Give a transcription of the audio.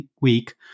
week